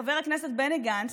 חבר הכנסת בני גנץ,